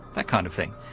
that kind of thing.